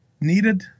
needed